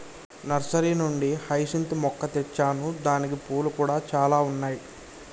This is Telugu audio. నర్సరీ నుండి హైసింత్ మొక్క తెచ్చాను దానికి పూలు కూడా చాల ఉన్నాయి